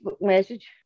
message